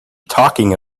talking